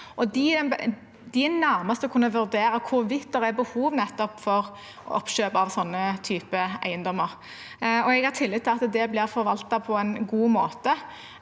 De er nærmest til å kunne vurdere hvorvidt det er behov for oppkjøp av den typen eiendommer. Jeg har tillit til at det blir forvaltet på en god måte.